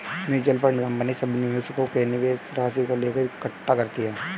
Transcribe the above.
mutual fund company सभी निवेशकों के निवेश राशि को लेकर इकट्ठे करती है